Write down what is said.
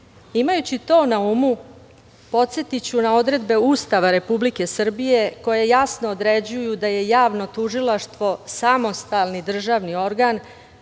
sferi. Imajući to na umu podsetiću na odredbe Ustava Republike Srbije koje jasno određuju da je javno tužilaštvo samostalni državni organ,